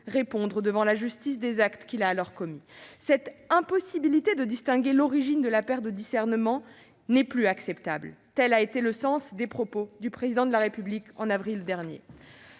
répondre devant la justice des actes qu'elle a alors commis. Cette impossibilité de distinguer l'origine de la perte de discernement n'est plus acceptable. Tel a été le sens des propos du Président de la République au mois d'avril dernier.